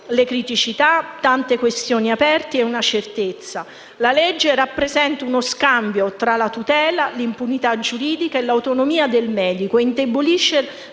criticità, tante questioni aperte e una certezza: la legge rappresenta uno scambio tra la tutela, l'impunità giuridica e l'autonomia del medico e indebolisce